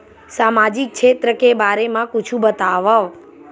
सामजिक क्षेत्र के बारे मा कुछु बतावव?